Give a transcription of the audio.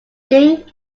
think